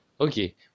Okay